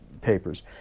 papers